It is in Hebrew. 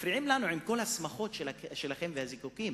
עם כל השמחות שלכם ועם הזיקוקים